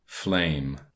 Flame